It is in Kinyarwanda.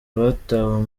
batawe